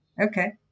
Okay